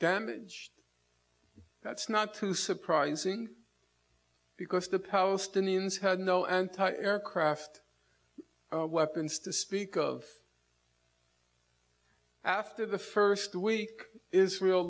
damage that's not too surprising because the post indians had no anti aircraft weapons to speak of after the first week israel